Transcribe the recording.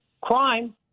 crime